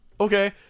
Okay